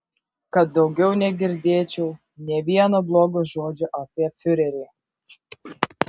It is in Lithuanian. kad daugiau negirdėčiau nė vieno blogo žodžio apie fiurerį